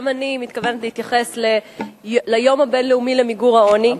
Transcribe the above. גם אני מתכוונת להתייחס ליום הבין-לאומי למיגור העוני.